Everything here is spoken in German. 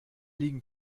liegen